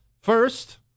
First